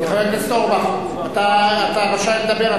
חבר הכנסת אורבך, אתה רשאי לדבר.